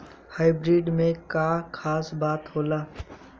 Hybrid में का खास बात होला?